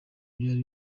byari